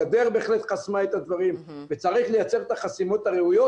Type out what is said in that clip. הגדר בהחלט חסמה את הדברים וצריך לייצר את החסימות הראויות.